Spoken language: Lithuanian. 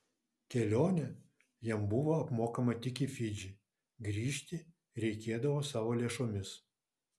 kelionė jam buvo apmokama tik į fidžį grįžti reikėdavo savo lėšomis